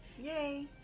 Yay